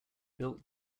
built